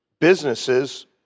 businesses